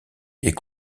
est